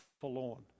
forlorn